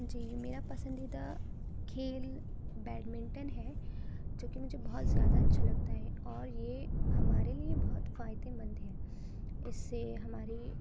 جی میرا پسندیدہ کھیل بیڈمنٹن ہے چونکہ مجھے بہت زیادہ اچھا لگتا ہے اور یہ ہمارے لیے بہت فائدہ مند ہے اس سے ہماری